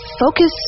Focus